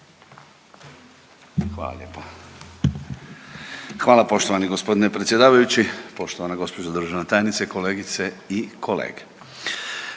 Hvala lijepa, hvala poštovani gospodine predsjedavajući, poštovana gospođo državna tajnice, kolegice i kolege.